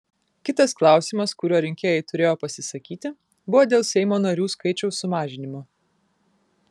kitas klausimas kuriuo rinkėjai turėjo pasisakyti buvo dėl seimo narių skaičiaus sumažinimo